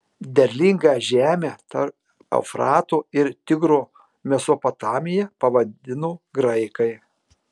derlingą žemę tarp eufrato ir tigro mesopotamija pavadino graikai